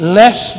less